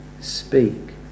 speak